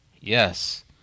Yes